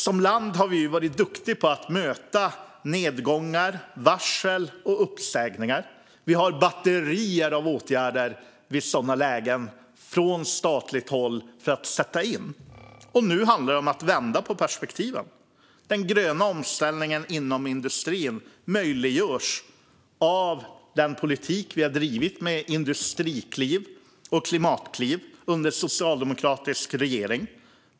Som land har vi varit duktiga på att möta nedgångar, varsel och uppsägningar. Vi har batterier av åtgärder i sådana lägen att sätta in från statligt håll. Nu handlar det om att vända på perspektiven. Den gröna omställningen inom industrin möjliggörs av den politik vi har drivit med industrikliv och klimatkliv under socialdemokratisk regering.